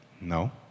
No